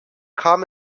kam